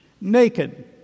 naked